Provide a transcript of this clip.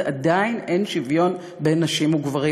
ועדיין אין שוויון בין נשים וגברים,